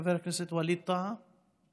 חבר הכנסת ווליד טאהא,